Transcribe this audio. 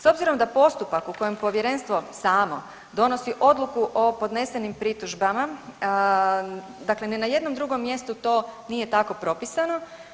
S obzirom da postupak u kojem povjerenstvo samo donosi odluku o podnesenim pritužbama, dakle ni na jednom drugom mjestu to nije tako propisano.